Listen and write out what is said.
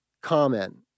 comment